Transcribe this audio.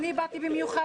אני באתי במיוחד,